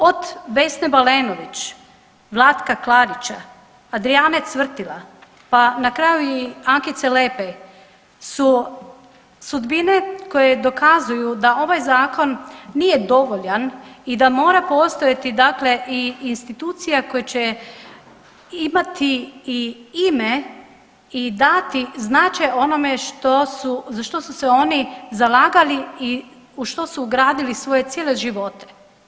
Od Vesne Balenović, Vlatka Klarića, Adrijane Cvrtila pa na kraju i Ankice Lepej su sudbine koje dokazuju da ovaj zakon nije dovoljan i da mora postojati, dakle i institucija koja će imati i ime i dati značaj onome za što su se oni zalagali i u što su ugradili cijele svoje živote.